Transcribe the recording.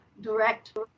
direct